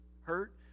hurt